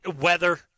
weather